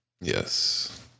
yes